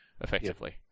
effectively